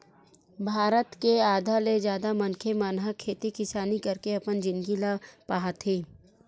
भारत के आधा ले जादा मनखे मन ह खेती किसानी करके अपन जिनगी ल पहाथे